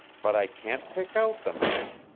but i can't pick out the man.